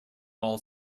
all